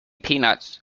peanuts